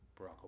Barack